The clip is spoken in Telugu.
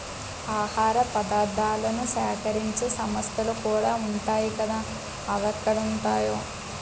ఆహార పదార్థాలను సేకరించే సంస్థలుకూడా ఉంటాయ్ కదా అవెక్కడుంటాయో